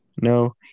No